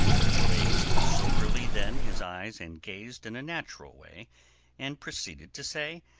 he raised soberly then his eyes and gazed in a natural way and proceeded to say,